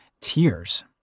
tears